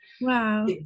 Wow